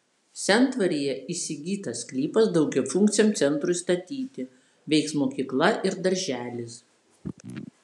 sendvaryje įsigytas sklypas daugiafunkciam centrui statyti veiks mokykla ir darželis